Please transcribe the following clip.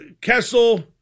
Kessel